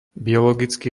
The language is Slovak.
biologický